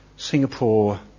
Singapore